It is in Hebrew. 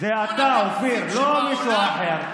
זה אתה, אופיר, לא מישהו אחר.